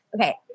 Okay